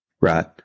Right